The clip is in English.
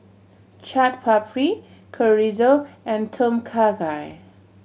Chaat Papri Chorizo and Tom Kha Gai